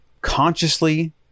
consciously